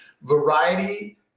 Variety